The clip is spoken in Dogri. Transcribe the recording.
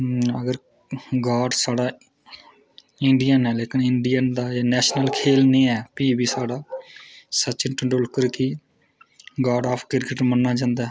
अगर गॉड साढ़ा इंडियन ऐ लेकिन इंडियन दा एह् नेशनल खेल निं ऐ भी बी साढ़ा सचिन तेंदुलकर गी 'गॉड ऑफ क्रिकेट ' मन्ना जंदा ऐ